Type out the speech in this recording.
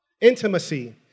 Intimacy